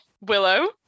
willow